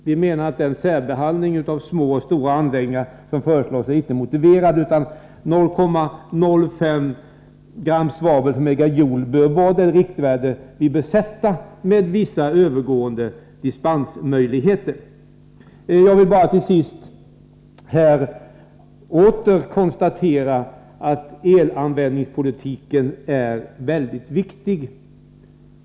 Vi menar att den särbehandling av små och stora anläggningar som föreslås inte är motiverad. 0,05 g svavel/megajoule är det riktvärde vi bör tillämpa, med vissa övergående dispensmöjligheter. Till sist vill jag bara åter konstatera att elanvändningspolitiken är mycket viktig.